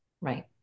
Right